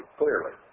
clearly